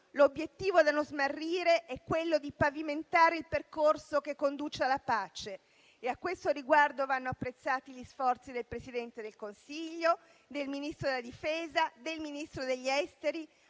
l'obiettivo da non smarrire è quello di pavimentare il percorso che conduce alla pace. E a questo riguardo vanno apprezzati gli sforzi del Presidente del Consiglio, del Ministro della difesa e del Ministro degli affari